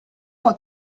può